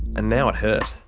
and now it hurt.